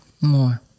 more